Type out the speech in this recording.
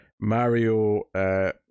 Mario